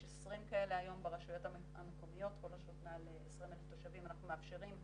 יש 20 כאלה היום ברשויות המקומיות שמעל 20,000 תושבים אנחנו מאפשרים,